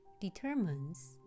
determines